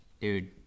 dude